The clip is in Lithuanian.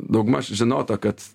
daugmaž žinota kad